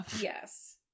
yes